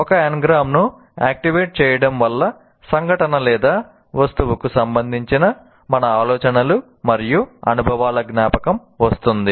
ఒక ఎన్గ్రామ్ను ఆక్టివేట్ చేయడం వల్ల సంఘటన లేదా వస్తువుకు సంబంధించిన మన ఆలోచనలు మరియు అనుభవాల జ్ఞాపకం వస్తుంది